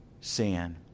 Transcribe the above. sin